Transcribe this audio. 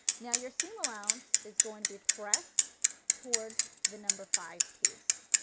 now your seam allowance is going to be pressed towards the number five piece.